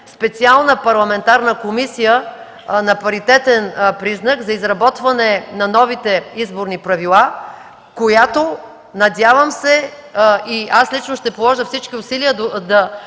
специална Парламентарна комисия на паритетен признак за изработване на новите изборни правила, която, надявам се, и аз лично ще положа всички усилия,